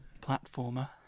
Platformer